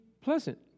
pleasant